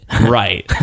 right